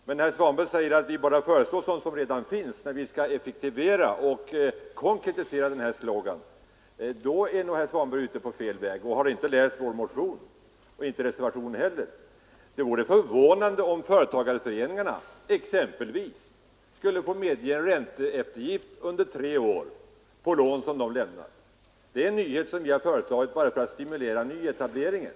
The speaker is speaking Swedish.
Men när herr Svanberg säger att vi bara föreslår sådant som redan beslutats, då vi vill effektivera och konkretisera denna slogan, är herr Svanberg ute på fel väg. Herr Svanberg har tydligen inte läst vår motion och inte reservationen heller. Det vore exempelvis förvånande om företagarföreningarna skulle få medge en ränteeftergift under tre år på lån som de lämnar, vilket de skulle få göra om herr Svanberg hade rätt i sin beskyllning mot oss. Detta är en nyhet som vi har föreslagit bl.a. för att stimulera nyetableringen.